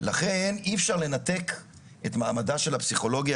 לכן אי אפשר לנתק את מעמדה של הפסיכולוגיה